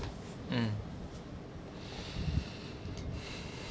mm